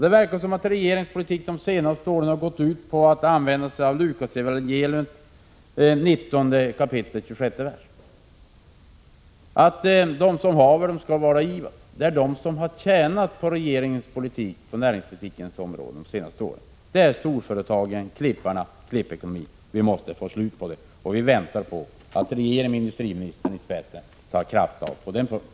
Det verkar som om regeringens politik under de senaste åren har gått ut på att använda sig av Lukasevangeliets 19 kap. 26 vers: Var och en som har, åt honom skall varda givet. De som har tjänat på regeringens näringspolitik under de senaste åren är storföretagen, klipparna och klippekonomin. Vi måste få slut på det, och vi väntar på att regeringen med industriministern i spetsen tar krafttag på den punkten.